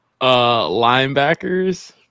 linebackers